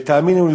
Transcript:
ותאמינו לי,